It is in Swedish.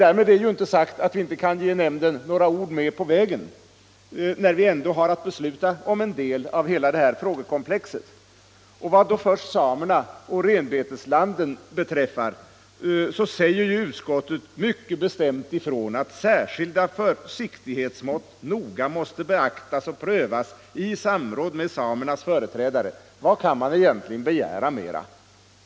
Därmed är inte sagt att vi inte kan ge nämnden några ord med på vägen, när vi ändå har att besluta om en del av det här frågekomplexet. Vad då först samerna och renbeteslanden beträffar, så säger ju utskottet mycket bestämt ifrån att särskilda försiktighetsmått noga måste beaktas och prövas i samråd med samernas företrädare. Vad kan man egentligen mer begära?